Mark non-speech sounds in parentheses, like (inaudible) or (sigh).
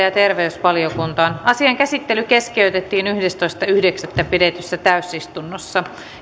(unintelligible) ja terveysvaliokuntaan asian käsittely keskeytettiin yhdestoista yhdeksättä pidetyssä täysistunnossa